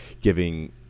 giving